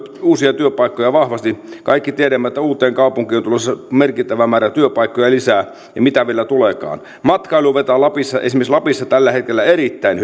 uusia työpaikkoja vahvasti kaikki tiedämme että uuteenkaupunkiin on tulossa merkittävä määrä työpaikkoja lisää ja mitä vielä tuleekaan matkailu vetää esimerkiksi lapissa tällä hetkellä erittäin